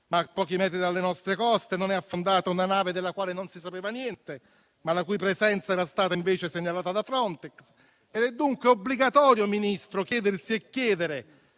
ma a pochi metri dalle nostre coste; non è affondata una nave della quale non si sapeva niente, ma la cui presenza era stata invece segnalata da Frontex. È dunque obbligatorio, signor Ministro, chiedersi e chiedere